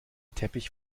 teppich